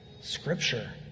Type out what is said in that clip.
Scripture